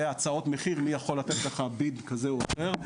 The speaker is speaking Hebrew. יהיו הצעות מחיר מי יכול לתת לך ביד כזה או אחר,